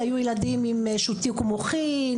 היו ילדים עם שיתוק מוחין,